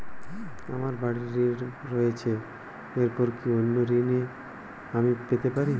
আমার বাড়ীর ঋণ রয়েছে এরপর কি অন্য ঋণ আমি পেতে পারি?